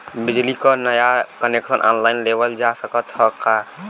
बिजली क नया कनेक्शन ऑनलाइन लेवल जा सकत ह का?